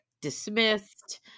dismissed